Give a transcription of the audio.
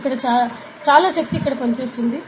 ఇక్కడ చాలా శక్తి ఇక్కడ పనిచేస్తోంది